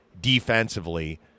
defensively